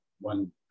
one